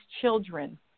children